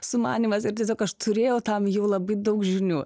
sumanymas ir tiesiog aš turėjau tam jau labai daug žinių